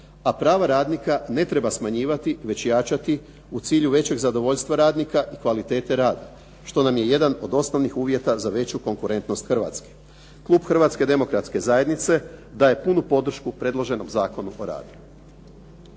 a prava radnika ne treba smanjivati već jačati u cilju većeg zadovoljstva radnika i kvalitete rada, što nam je jedan od osnovnih uvjeta za veću konkurentnost Hrvatske. Klub Hrvatske demokratske zajednice daje punu podršku predloženom Zakonu o radu.